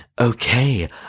okay